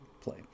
play